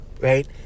right